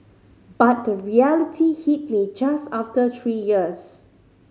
but the reality hit me just after three years